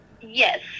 Yes